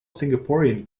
singaporean